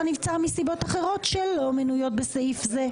נבצר מסיבות אחרות שאינן מנויות בסעיף זה'.